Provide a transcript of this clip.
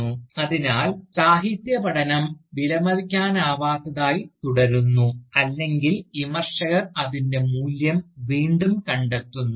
" അതിനാൽ സാഹിത്യപഠനം വിലമതിക്കാനാവാത്തതായി തുടരുന്നു അല്ലെങ്കിൽ വിമർശകർ അതിൻറെ മൂല്യം വീണ്ടും കണ്ടെത്തുന്നു